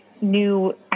new